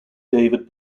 david